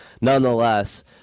Nonetheless